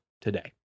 today